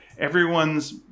everyone's